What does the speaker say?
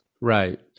Right